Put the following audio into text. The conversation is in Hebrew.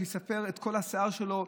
שיספר את כל השיער שלו,